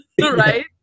right